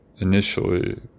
initially